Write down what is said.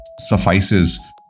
suffices